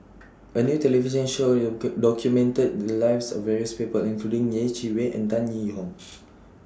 A New television Show YOU Could documented The Lives of various People including Yeh Chi Wei and Tan Yee Hong